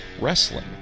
wrestling